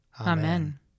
Amen